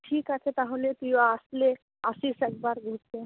ঠিক আছে তাহলে তুইও আসলে আসিস একবার ঘুরতে